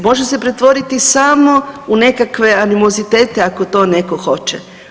Može se pretvoriti samo u nekakve animozitete ako to netko hoće.